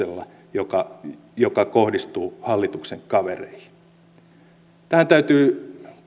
lahjoituksella joka kohdistuu hallituksen kavereihin tähän täytyy